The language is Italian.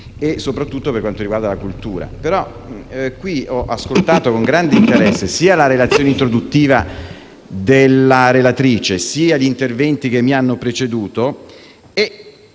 soprattutto per quanto riguarda la cultura. In questa sede ho ascoltato con grande interesse sia la relazione introduttiva della relatrice, sia gli interventi che mi hanno preceduto